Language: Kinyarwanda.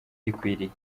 gikwiriye